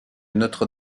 notre